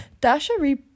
Dasha